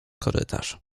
korytarz